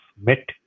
met